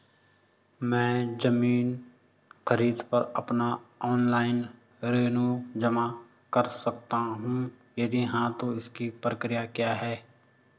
मैं ज़मीन खरीद पर अपना ऑनलाइन रेवन्यू जमा कर सकता हूँ यदि हाँ तो इसकी प्रक्रिया क्या है?